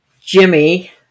Jimmy